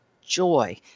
joy